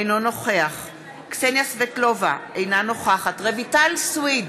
אינו נוכח קסניה סבטלובה, אינה נוכחת רויטל סויד,